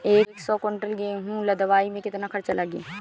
एक सौ कुंटल गेहूं लदवाई में केतना खर्चा लागी?